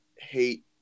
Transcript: hate